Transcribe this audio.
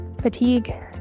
fatigue